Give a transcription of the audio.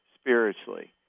spiritually